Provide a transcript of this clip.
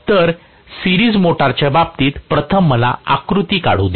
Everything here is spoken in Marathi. तर मालिका मोटरच्या बाबतीत प्रथम मला आकृती काढू द्या